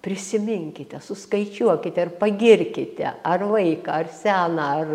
prisiminkite suskaičiuokite ir pagirkite ar vaiką ar seną ar